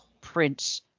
Prince